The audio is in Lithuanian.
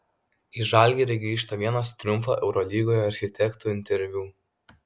į žalgirį grįžta vienas triumfo eurolygoje architektų interviu